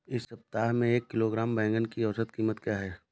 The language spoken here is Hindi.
इस सप्ताह में एक किलोग्राम बैंगन की औसत क़ीमत क्या है?